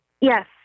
Yes